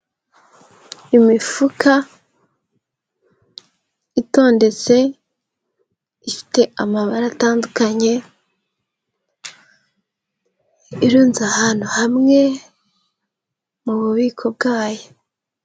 Imifuka itondetse ifite amabara atandukanye, irunze ahantu hamwe mu bubiko bwayo.